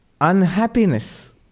unhappiness